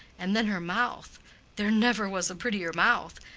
and then her mouth there never was a prettier mouth,